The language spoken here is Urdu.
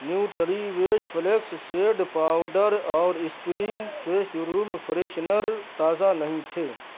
نیوٹری ویش فلیکس سیڈ پاؤڈر اور اسپرنگ فیسٹ روم فریشنر تازہ نہیں تھے